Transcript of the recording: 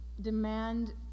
demand